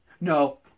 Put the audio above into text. No